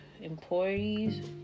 employees